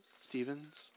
Stevens